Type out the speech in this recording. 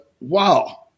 wow